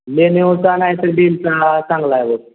लेनेवोचा नाही तर डेलचा चांगला आहे बघ